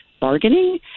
bargaining